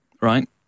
right